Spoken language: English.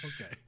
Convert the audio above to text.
Okay